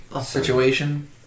situation